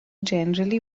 generally